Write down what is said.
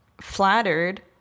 flattered